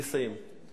אני מסיים.